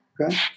Okay